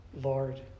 Lord